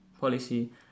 policy